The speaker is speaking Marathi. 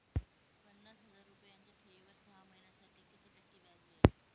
पन्नास हजार रुपयांच्या ठेवीवर सहा महिन्यांसाठी किती टक्के व्याज मिळेल?